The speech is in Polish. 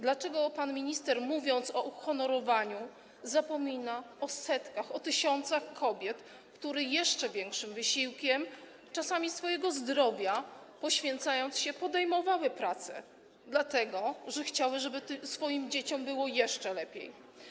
Dlaczego pan minister, mówiąc o uhonorowaniu, zapomina o setkach, tysiącach kobiet, które jeszcze większym wysiłkiem, czasami kosztem swojego zdrowia, poświęcając się, podejmowały pracę, dlatego że chciały, żeby ich dzieciom było jeszcze lepiej?